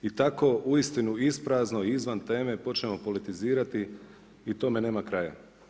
I tako uistinu isprazno i izvan teme počnemo politizirati i tome nema kraja.